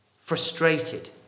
frustrated